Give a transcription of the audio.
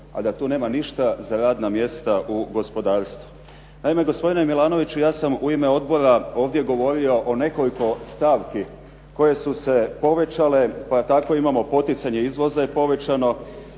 a da tu nema ništa za radna mjesta u gospodarstvu. Naime gospodine Milanoviću, ja sam u ime odbora ovdje govorio o nekoliko stavki koje su se povećale, pa tako imamo poticanje izvoza je povećano,